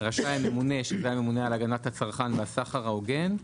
"רשאי הממונה" -- שזה הממונה של הגנת הצרכן והסחר ההוגן.